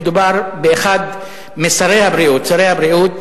מדובר באחד משרי הבריאות שרי הבריאות,